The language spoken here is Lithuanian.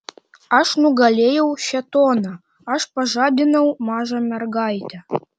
aš nugalėjau šėtoną aš pažadinau mažą mergaitę